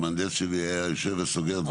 והמהנדס שלי היה יושב וסוגר דברים.